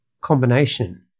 combination